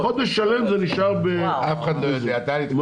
אף אחד לא יודע.